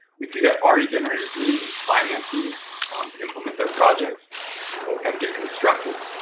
we see that ah re generators really need financing to implement their projects and get constructed.